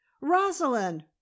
rosalind